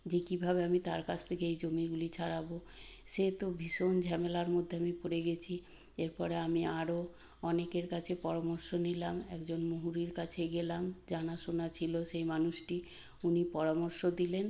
যে কীভাবে আমি তার কাছ থেকে এই জমিগুলি ছাড়াবো সে তো ভীষণ ঝামেলার মধ্যে আমি পড়ে গেছি এরপরে আমি আরও অনেকের কাছে পরামর্শ নিলাম একজন মুহুরির কাছে গেলাম জানা শোনা ছিলো সেই মানুষটি উনি পরামর্শ দিলেন